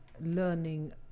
learning